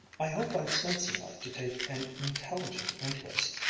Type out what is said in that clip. i hope i've sense enough to take an intelligent interest.